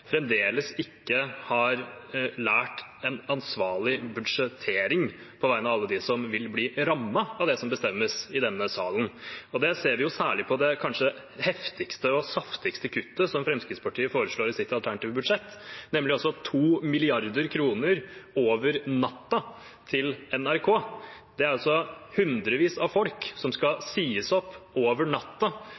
fremdeles ikke har lært en ansvarlig budsjettering på vegne av alle de som vil bli rammet av det som bestemmes i denne salen. Det ser vi særlig på det kanskje heftigste og saftigste kuttet som Fremskrittspartiet foreslår i sitt alternative budsjett, nemlig 2 mrd. kr – over natten – til NRK. Det er altså hundrevis av folk som skal sies opp over